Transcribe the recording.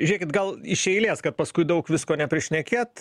žėkit gal iš eilės kad paskui daug visko neprišnekėt